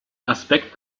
aspekt